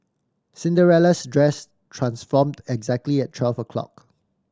Cinderella's dress transformed exactly at twelve o'clock